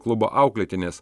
klubo auklėtinis